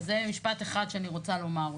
אז זה משפט אחד שאני רוצה לומר אותו.